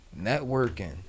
Networking